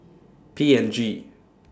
P and G